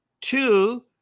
two